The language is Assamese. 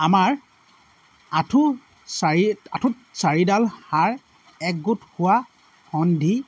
আমাৰ আঁঠু চাৰিত আঁঠুত চাৰিডাল হাড় একগোট হোৱা সন্ধি